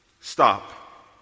Stop